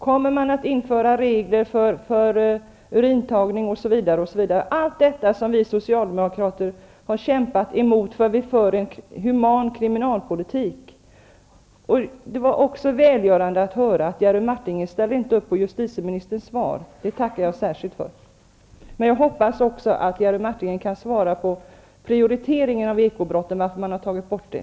Kommer man att införa regler för urinprovstagning, osv. osv.? Alla de åtgärder som Jerry Martinger ställer i utsikt har vi socialdemokrater kämpat emot, eftersom vi vill föra en human kriminalpolitik. Det var också välgörande att höra att Jerry Martinger inte ställer upp på justitieministerns svar. Det tackar jag särskilt för. Men jag hoppas att Jerry Martinger kan svara på varför man har tagit bort prioriteringen av ekobrotten.